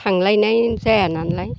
थांलायनाय जायानालाय